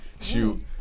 Shoot